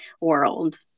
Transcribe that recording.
world